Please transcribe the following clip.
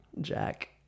Jack